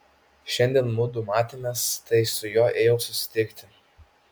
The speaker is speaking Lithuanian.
šiandien mudu matėmės tai su juo ėjau susitikti